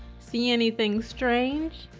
see anything strange.